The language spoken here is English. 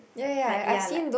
like ya like